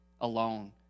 alone